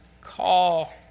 call